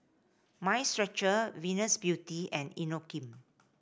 Mind Stretcher Venus Beauty and Inokim